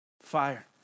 fire